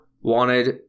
wanted